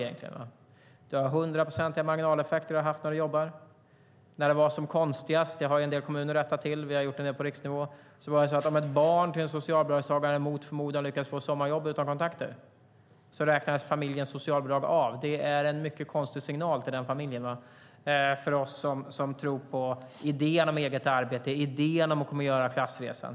Du har haft 100-procentiga marginaleffekter när du jobbar. När det var som konstigast - det har en del kommuner rättat till, och vi har gjort en del på riksnivå - var det så att om ett barn till en socialbidragstagare mot förmodan lyckades få sommarjobb utan kontakter räknades familjens socialbidrag av. Det är en mycket konstig signal till denna familj för oss som tror på idén om eget arbete och idén om att göra klassresan.